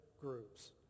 groups